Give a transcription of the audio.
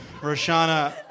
Roshana